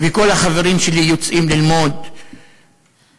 וכל החברים שלי יוצאים ללמוד בחוץ-לארץ?